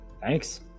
Thanks